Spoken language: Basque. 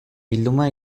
bilduma